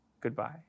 Goodbye